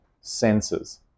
senses